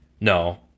No